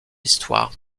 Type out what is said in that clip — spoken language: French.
histoire